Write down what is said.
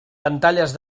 pantalles